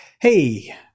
Hey